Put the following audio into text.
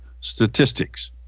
Statistics